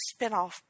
spinoff